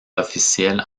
officielle